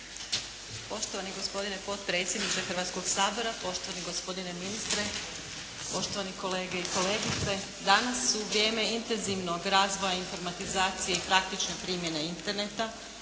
Poštovani gospodine potpredsjedniče Hrvatskoga sabora, poštovani gospodine ministre, poštovani kolege i kolegice. Danas u vrijeme intenzivnog razvoja informatizacije i praktične primjene Interneta